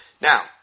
Now